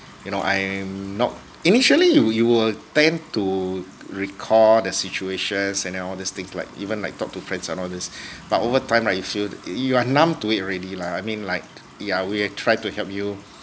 you know I'm not initially you you were tend to recall the situations and then all these things like even like talk to friends and all these but over time right you are numb to it already lah I mean like yeah we will try to help you